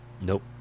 Nope